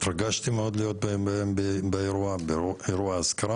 התרגשתי מאוד להיות באירוע האזכרה.